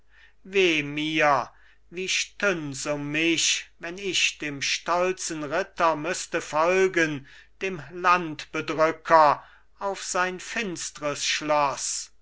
mir wie stünd's um mich wenn ich dem stolzen ritter müsste folgen dem landbedrücker auf sein finstres schloss